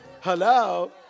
Hello